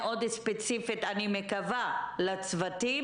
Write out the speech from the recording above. כל הכבוד.